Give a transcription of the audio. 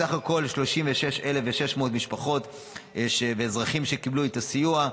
בסך הכול 36,600 משפחות ואזרחים קיבלו את הסיוע.